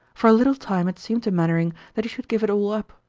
for a little time it seemed to mainwaring that he should give it all up,